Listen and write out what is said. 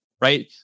right